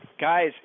guys